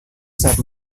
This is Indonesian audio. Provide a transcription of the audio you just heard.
saat